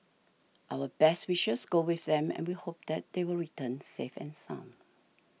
our best wishes go with them and we hope that they will return safe and sound